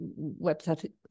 website